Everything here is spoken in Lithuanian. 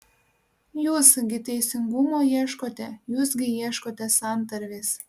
jūs gi teisingumo ieškote jūs gi ieškote santarvės